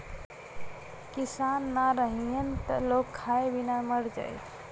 किसान ना रहीहन त लोग खाए बिना मर जाई